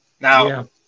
now